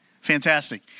Fantastic